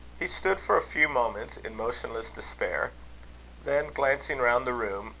he stood for a few moments in motionless despair then glancing round the room,